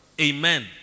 Amen